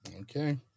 okay